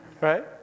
right